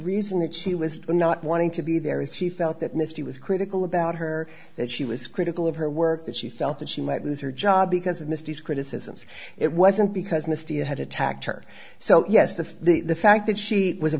reason that she was not wanting to be there if he felt that misty was critical about her that she was critical of her work that she felt that she might lose her job because of misty's criticisms it wasn't because misty had attacked her so yes the fact that she was a